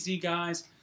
guys